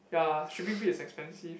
ya shipping fee is expensive